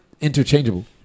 Interchangeable